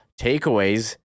takeaways